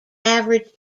averaged